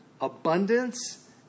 abundance